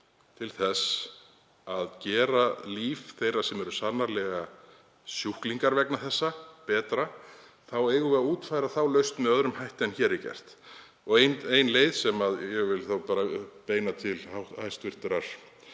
til þess að bæta líf þeirra sem eru sjúklingar vegna þessa þá eigum við að útfæra þá lausn með öðrum hætti en hér er gert. Ein leið, sem ég vil þá bara beina til hæstv.